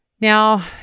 Now